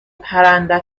پرنده